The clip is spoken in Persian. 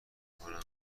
کنم